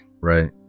right